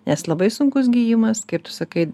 nes labai sunkus gijimas kaip tu sakai